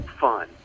fun